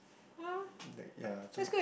like yeah so